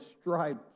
stripes